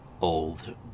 old